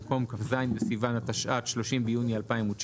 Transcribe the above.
במקום כ"ז בסיוון התשע"ט (30 ביוני 2019)